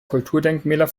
kulturdenkmäler